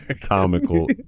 Comical